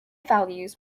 values